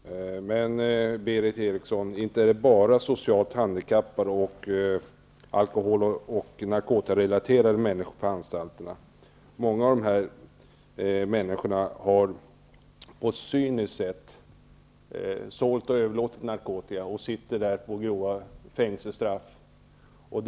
Herr talman! Men, Berith Eriksson, inte är det bara socialt handikappade och personer som gjort sig skyldiga till alkohol och narkotikarelaterade brott som sitter på anstalterna. Många av dem har på ett cyniskt sätt sålt och överlåtit narkotika och dömts till hårda fängelsestraff.